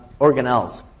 organelles